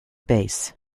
base